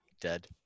dead